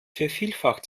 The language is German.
vervielfacht